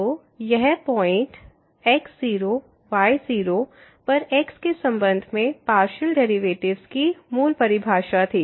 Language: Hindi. तो यह पॉइंट x0 y0 पर x के संबंध में पार्शियल डेरिवेटिव्स की मूल परिभाषा थी